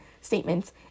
statements